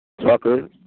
Tucker